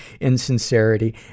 insincerity